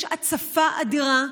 יש הצפה אדירה,